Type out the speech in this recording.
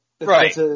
Right